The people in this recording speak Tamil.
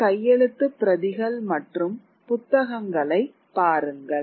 சில கையெழுத்துப் பிரதிகள் மற்றும் புத்தகங்களை பாருங்கள்